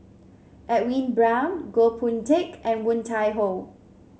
Edwin Brown Goh Boon Teck and Woon Tai Ho